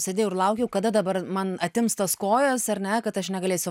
sėdėjau ir laukiau kada dabar man atims tas kojas ar ne kad aš negalėsiu